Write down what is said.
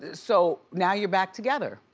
so, now you're back together.